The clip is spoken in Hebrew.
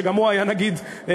שגם הוא היה נגיד טוב.